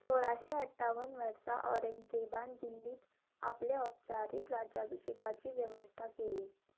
सोळाशें अठ्ठावन वर्सा औरंगजेबान दिल्लींत आपले औपचारीक राज्याभिशेकाची वेवस्था केली